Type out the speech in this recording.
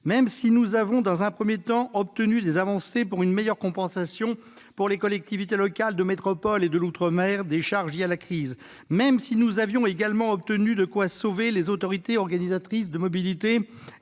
Même si nous avons, dans un premier temps, obtenu des avancées et une meilleure compensation, pour les collectivités de métropole et de l'outre-mer, des charges liées à la crise, même si nous avions obtenu de quoi sauver les autorités organisatrices de la mobilité,